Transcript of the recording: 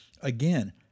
Again